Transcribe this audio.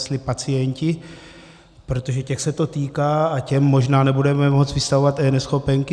Jestli pacienti, protože těch se to týká a těm možná nebudeme moci vystavovat eNeschopenky.